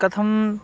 कथम्